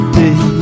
day